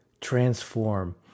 transform